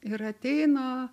ir ateina